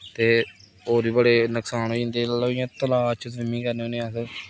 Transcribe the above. ते होर बी बड़े नुकसान होई जंदे मतलब इ'यां तलाऽ च स्विमिंग करने होने अस